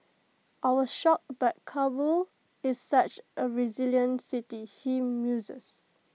I was shocked but Kabul is such A resilient city he muses